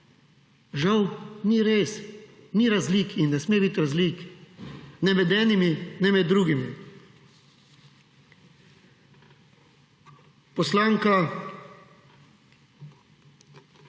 Žal ni res, ni razlik in ne sme biti razlik ne med enimi ne med drugimi.